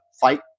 fight